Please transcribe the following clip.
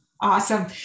Awesome